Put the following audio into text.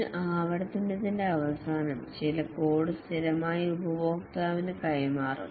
ഒരു ആവർത്തനത്തിന്റെ അവസാനം ചില കോഡ് സ്ഥിരമായി ഉപഭോക്താവിന് കൈമാറും